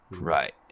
Right